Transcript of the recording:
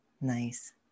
Nice